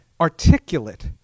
Articulate